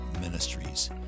Ministries